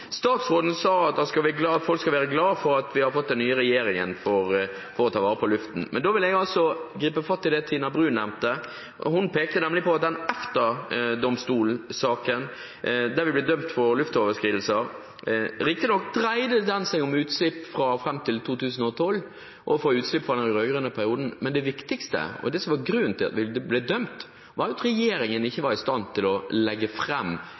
Statsråden sa at folk skal være glade for at vi har fått en ny regjering til å ta vare på luftkvaliteten. Men da vil jeg gripe fatt i det Tina Bru nevnte. Hun pekte nemlig på den EFTA-domstolssaken der vi ble dømt for overskridelser med hensyn til luftkvalitet. Riktignok dreide det seg om utslipp fram til 2012, utslipp i den rød-grønne perioden, men det viktigste, og det som var grunnen til at vi ble dømt, var at regjeringen ikke var i stand til å legge